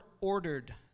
ordered